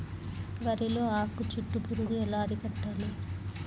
వరిలో ఆకు చుట్టూ పురుగు ఎలా అరికట్టాలి?